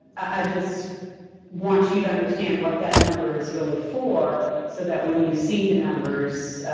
i just want you to understand what that number is really for so that, when you see the numbers